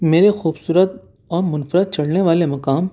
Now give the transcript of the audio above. میرے خوبصورت اور منفرد چڑھنے والے مقام